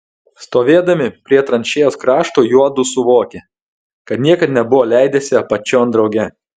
stovėdami prie tranšėjos krašto juodu suvokė kad niekad nebuvo leidęsi apačion drauge